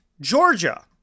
Georgia